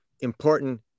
important